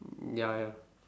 ya ya